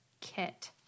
kit